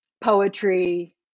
poetry